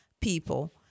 people